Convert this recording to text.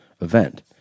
event